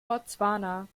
botswana